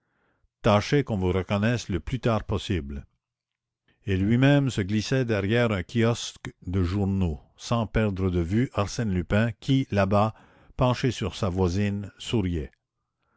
tâchez qu'on vous reconnaisse le plus tard possible et lui-même se glissa derrière un kiosque de journaux sans perdre de vue arsène lupin qui là-bas penché sur sa voisine souriait